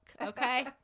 Okay